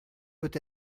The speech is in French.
peut